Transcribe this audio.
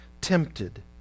tempted